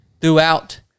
throughout